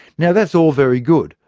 yeah that's all very good,